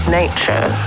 nature